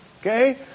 okay